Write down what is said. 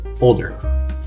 older